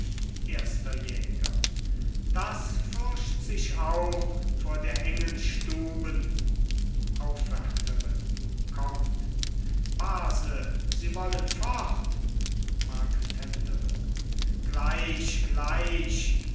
erster jäger das fürcht sich auch vor der engen stuben aufwärterin kommt base sie wollen fort marketenderin gleich gleich